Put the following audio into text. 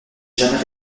jamais